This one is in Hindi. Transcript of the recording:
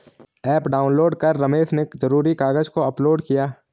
ऐप डाउनलोड कर रमेश ने ज़रूरी कागज़ को अपलोड किया